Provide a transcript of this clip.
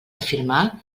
afirmar